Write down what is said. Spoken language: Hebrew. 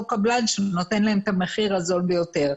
קבלן שנותן להם את המחיר הזול ביותר.